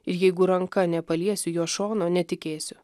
ir jeigu ranka nepaliesiu jo šono netikėsiu